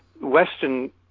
Western